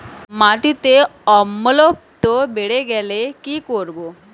মাটিতে অম্লত্ব বেড়েগেলে কি করব?